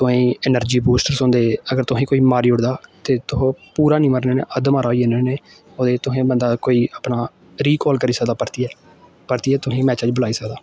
तुसेंगी energy boosters थ्होंदे अगर तुसेंगी कोई मारी ओड़दा ते तुस पूरा निं मरने होन्ने अद्ध मरा होई जन्ने होन्ने ओह्दे तुसें बंदा कोई अपना रीकाल करी सकदा परतियै परतियै तुसेंगी मैचै च बलाई सकदा